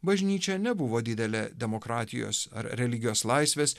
bažnyčia nebuvo didelė demokratijos ar religijos laisvės